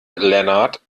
lennart